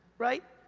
right?